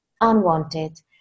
unwanted